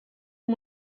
amb